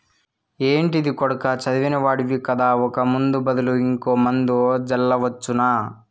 ఏంటిది కొడకా చదివిన వాడివి కదా ఒక ముందు బదులు ఇంకో మందు జల్లవచ్చునా